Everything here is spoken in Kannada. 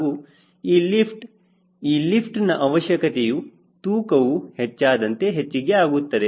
ಹಾಗೂ ಈ ಲಿಫ್ಟ್ ಈ ಲಿಫ್ಟ್ ನ ಅವಶ್ಯಕತೆಯು ತೂಕವು ಹೆಚ್ಚಾದಂತೆ ಹೆಚ್ಚಿಗೆ ಆಗುತ್ತದೆ